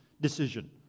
decision